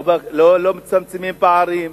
לא מצמצמים פערים,